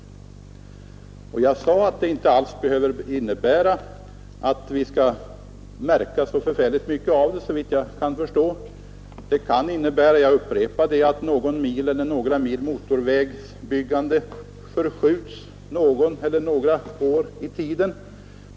Såvitt jag förstår skall vi, som jag sade, inte behöva märka så mycket av detta. Det kan innebära att byggandet av någon eller några mil motorväg förskjuts något eller några år i tiden.